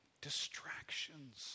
distractions